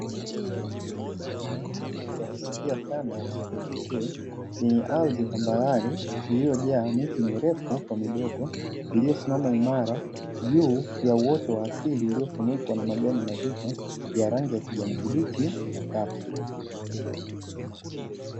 Mandhari ya kuvutia sana na ya kipekee, yenye ardhi tambarare iliyojaa miti mirefu kwa midogo, iliyosimama imara juu ya uoto wa asili uliofunikwa na majani mazito ya rangi ya kijani kibichi na kaki.